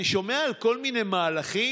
אני שומע על כל מיני מהלכים